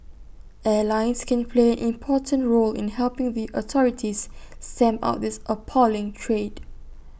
airlines can play an important role in helping the authorities stamp out this appalling trade